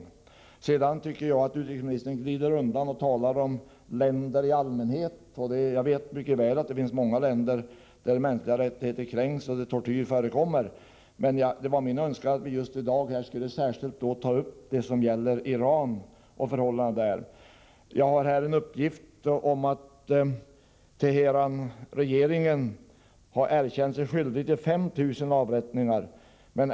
Sedan vill jag säga att jag tycker att utrikesministern glider undan och talar om länder i allmänhet. Jag vet mycket väl att det finns många länder där de mänskliga rättigheterna kränks och tortyr förekommer, men det var min önskan att vi i dag skulle särskilt diskutera förhållandena i Iran. Jag har här en uppgift om att Teheranregeringen har erkänt sig skyldig till 5 000 avrättningar.